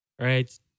Right